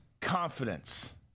confidence